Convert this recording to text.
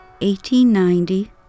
1890